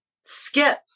skip